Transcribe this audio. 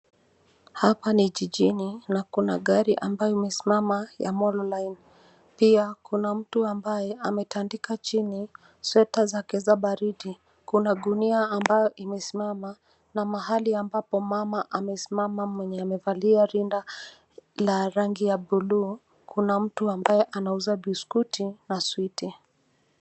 Hapa ni jijini na kuna gari ambayo imesimama ya Molo Line. Pia kuna mtu ambaye ametandika chini sweta zake za baridi. Kuna gunia ambayo imesimama na mahali ambapo mama amesimama mwenye amevalia rinda la rangi ya bluu. Kuna mtu ambaye anauza biskuti na sweet .